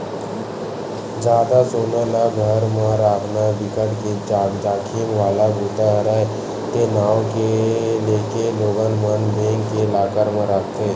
जादा सोना ल घर म राखना बिकट के जाखिम वाला बूता हरय ते नांव लेके लोगन मन बेंक के लॉकर म राखथे